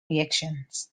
reactions